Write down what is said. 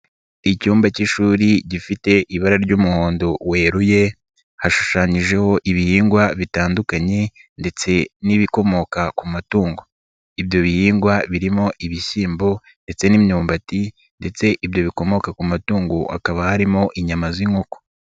Icyumba k'ishuri gifite ibara ry'umuhondo weruye hashushanyijeho ibihingwa bitandukanye ndetse n'ibikomoka ku matungo, ibyo bihingwa birimo ibishyimbo ndetse n'imyumbati ndetse ibyo bikomoka ku matungo hakaba harimo inyama z'inkoko.